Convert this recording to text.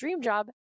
DREAMJOB